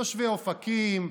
תושבי אופקים,